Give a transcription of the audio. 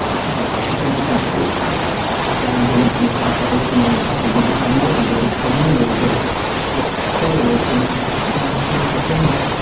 talc should never be put around anything like that or even on your body. we now know that it's a mineral that blocks pores and does terrible things.